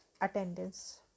attendance